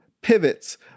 pivots